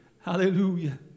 Hallelujah